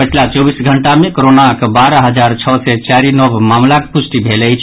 पछिला चौबीस घंटा मे कोरोनाक बारह हजार छओ सय चारि नव मामिलाक पुष्टि भेल अछि